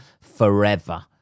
forever